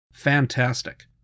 Fantastic